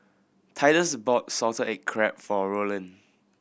Titus bought salted egg crab for Rollin